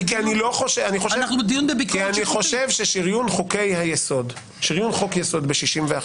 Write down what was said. אני חושב ששריון חוק יסוד ב-61,